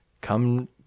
come